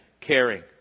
caring